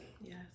Yes